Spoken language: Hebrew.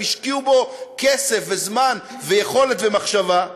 והם השקיעו בו כסף וזמן ויכולת ומחשבה.